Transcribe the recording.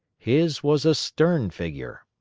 his was a stern figure,